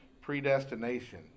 predestination